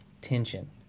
tension